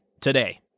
today